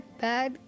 bad